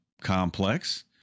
complex